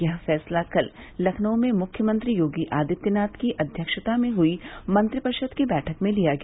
यह फैसला कल लखनऊ में मुख्यमंत्री योगी आदित्यनाथ की अध्यक्षता में हई मंत्रिपरिषद की बैठक में लिया गया